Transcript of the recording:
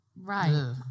Right